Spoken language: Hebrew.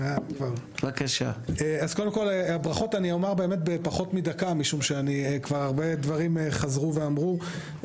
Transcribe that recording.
את הברכות אני אומר בפחות מדקה משום שעל הרבה דברים חזרו ואמרו.